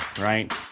right